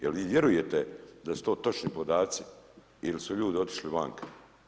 Jel vi vjerujete da su to točni podaci ili su ljudi otišli vanka?